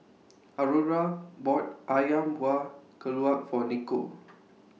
Aurora bought Ayam Buah Keluak For Nikko